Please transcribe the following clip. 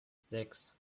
sechs